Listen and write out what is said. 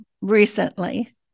recently